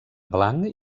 blanc